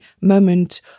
moment